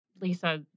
Lisa